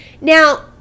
Now